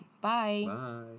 Bye